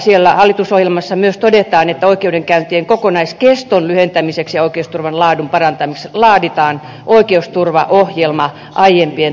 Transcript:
siellä hallitusohjelmassa myös todetaan että oikeudenkäyntien kokonaiskeston lyhentämiseksi ja oikeusturvan laadun parantamiseksi laaditaan oikeusturvaohjelma aiempien toimenpidesuunnitelmien pohjalta